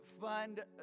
fund